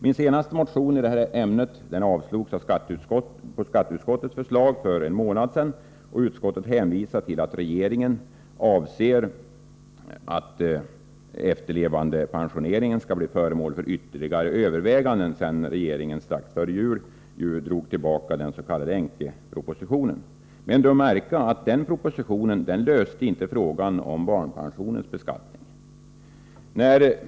Min senaste motion i ämnet avstyrktes av skatteutskottet för en månad sedan. Utskottet hänvisade till att det är regeringens avsikt att frågan om efterlevandepensioneringen skall bli föremål för ytterligare överväganden. Strax före jul drog ju regeringen tillbaka den s. .k. änkepropositionen. Men märk väl att den propositionen inte innebar någon lösning i fråga om beskattningen av barnpensionen.